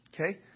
Okay